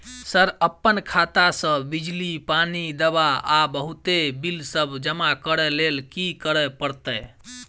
Sir अप्पन खाता सऽ बिजली, पानि, दवा आ बहुते बिल सब जमा करऽ लैल की करऽ परतै?